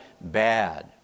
bad